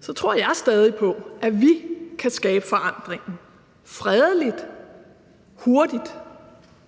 så tror jeg stadig væk på, at vi kan skabe forandringen – fredeligt, hurtigt,